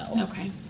Okay